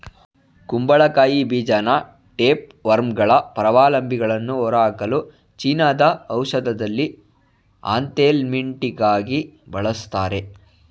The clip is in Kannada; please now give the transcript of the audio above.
ಕುಂಬಳಕಾಯಿ ಬೀಜನ ಟೇಪ್ವರ್ಮ್ಗಳ ಪರಾವಲಂಬಿಗಳನ್ನು ಹೊರಹಾಕಲು ಚೀನಾದ ಔಷಧದಲ್ಲಿ ಆಂಥೆಲ್ಮಿಂಟಿಕಾಗಿ ಬಳಸ್ತಾರೆ